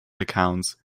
accounts